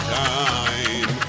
time